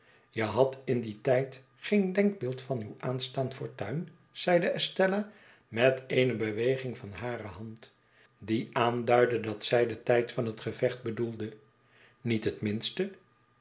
je hadt in dien tijd geen denkbeeld van uw aanstaand fortuin zeide estella met eene beweging van hare hand die aanduidde dat zij den tijd van het gevecht bedoelde niet het minste